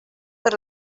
per